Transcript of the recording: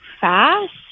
fast